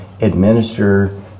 administer